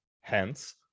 Hence